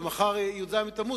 ומחר י"ז בתמוז,